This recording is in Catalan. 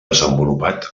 desenvolupat